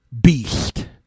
beast